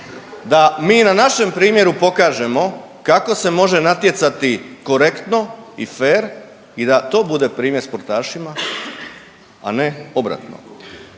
da mi na našem primjeru pokažemo kako se može natjecati korektno i fer i da to bude primjer sportašima, a ne obratno.